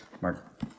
Mark